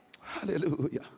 Hallelujah